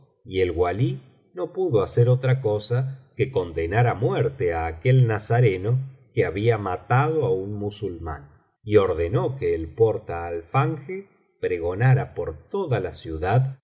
y el walí no pudo hacer otra cosa que condenar á muerte á aquel nazareno que había matado á un musulmán y ordenó que el portaalfanje pregonara por toda la ciudad